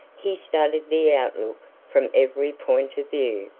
he studied the outlook from every point of view,